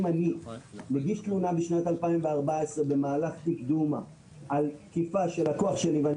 אם אני מגיש תלונה בשנת 2014 במהלך תיק דומא על תקיפה של לקוח שלי ואני